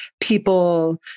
people